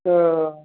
तो